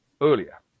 Earlier